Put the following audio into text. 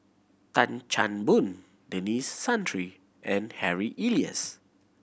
Tan Chan Boon Denis Santry and Harry Elias